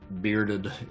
bearded